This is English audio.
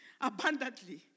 abundantly